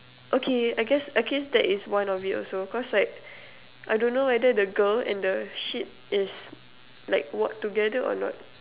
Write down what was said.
okay I guess I guess that is one of it also cause like I don't know whether the girl and the sheet is like walk together or not